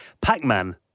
pac-man